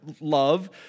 love